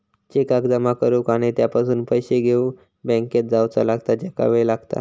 चेकाक जमा करुक आणि त्यापासून पैशे घेउक बँकेत जावचा लागता ज्याका वेळ लागता